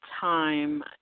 time